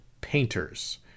painters